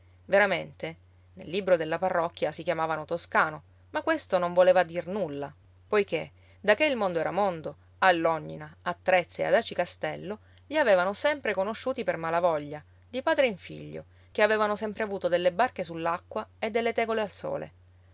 veramente nel libro della parrocchia si chiamavano toscano ma questo non voleva dir nulla poiché da che il mondo era mondo all'ognina a trezza e ad aci castello li avevano sempre conosciuti per malavoglia di padre in figlio che avevano sempre avuto delle barche sull'acqua e delle tegole al sole